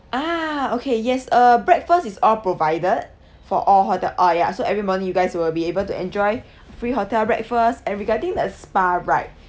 ah okay yes uh breakfast is all provided for all ho~ the ah ya so every morning you guys will be able to enjoy free hotel breakfast and regarding the spa right